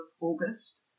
August